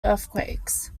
earthquakes